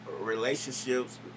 relationships